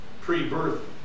pre-birth